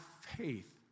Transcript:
faith